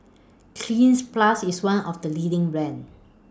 Cleanz Plus IS one of The leading brands